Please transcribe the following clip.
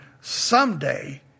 someday